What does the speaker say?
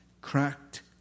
cracked